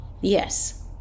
Yes